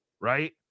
right